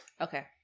Okay